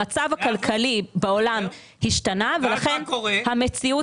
המצב הכלכלי בעולם השתנה ולכן המציאות